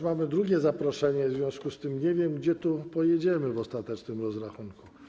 Mamy już drugie zaproszenie, w związku z tym nie wiem, gdzie pojedziemy w ostatecznym rozrachunku.